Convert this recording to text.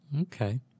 okay